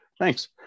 thanks